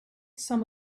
some